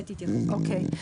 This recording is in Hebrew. אוקיי.